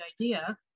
idea